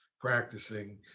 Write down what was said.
practicing